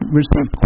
receive